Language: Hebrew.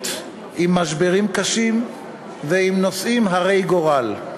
עם משברים קשים ועם נושאים הרי גורל.